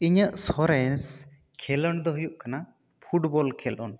ᱤᱧᱟᱹᱜ ᱥᱚᱨᱮᱥ ᱠᱷᱮᱞᱳᱰ ᱫᱚ ᱦᱩᱭᱩᱜ ᱠᱟᱱᱟ ᱯᱷᱩᱴᱵᱚᱞ ᱠᱷᱮᱞᱳᱰ